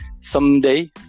someday